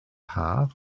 haf